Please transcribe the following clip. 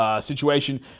Situation